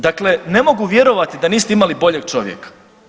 Dakle, ne mogu vjerovati da niste imali boljeg čovjeka.